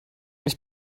ich